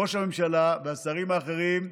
ראש הממשלה והשרים האחרים,